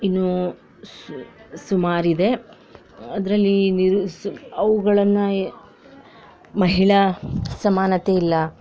ಇನ್ನೂ ಸ್ ಸುಮಾರು ಇದೆ ಅದರಲ್ಲಿ ನಿರು ಅವ್ಗಳನ್ನು ಮಹಿಳಾ ಸಮಾನತೆ ಇಲ್ಲ